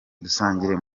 dusangire